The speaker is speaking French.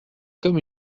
comme